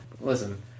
Listen